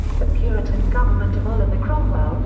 the puritan government of oliver cromwell,